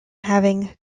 having